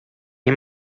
nie